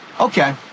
Okay